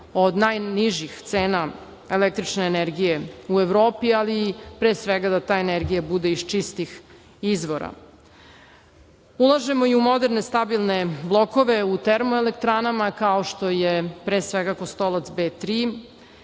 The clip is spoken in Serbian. od najnižih cena električne energije u Evropi, ali pre svega da ta energija bude iz čistih izvora. Ulažemo i u moderne i stabilne blokove u termoelektranama, kao što je pre svega "Kostolac B